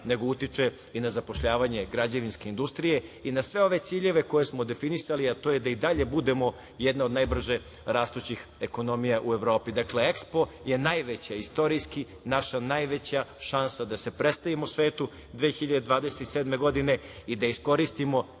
nego utiče i na zapošljavanje građevinske industrije i na sve ove ciljeve koje smo definisali, a to je da i dalje budemo jedna od najbrže rastućih ekonomija u Evropi. Dakle, EKSPO je istorijski naša najveća šansa da se predstavimo u svetu 2027. godine i da iskoristimo